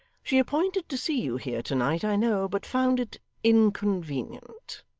she appointed to see you here to-night, i know, but found it inconvenient,